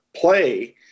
play